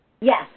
Yes